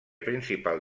principal